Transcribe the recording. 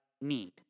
need